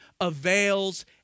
avails